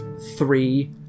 three